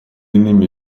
иными